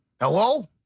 Hello